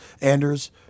Anders